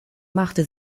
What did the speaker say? machte